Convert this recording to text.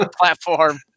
platform